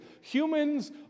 humans